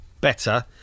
better